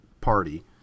party